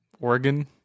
Oregon